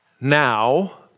Now